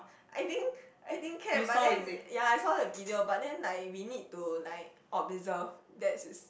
I think I think can but then ya as long have video but then like we need to like observe that is